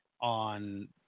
on